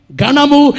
Ganamu